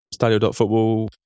Stadio.football